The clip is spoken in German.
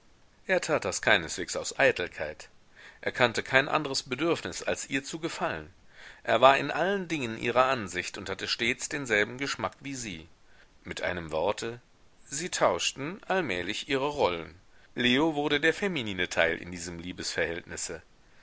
er tat das keineswegs aus eitelkeit er kannte kein andres bedürfnis als ihr zu gefallen er war in allen dingen ihrer ansicht und hatte stets denselben geschmack wie sie mit einem worte sie tauschten allmählich ihre rollen leo wurde der feminine teil in diesem liebesverhältnisse